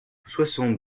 soixante